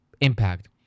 impact